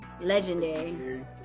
legendary